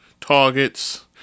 targets